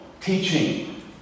teaching